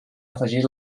afegit